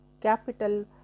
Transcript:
capital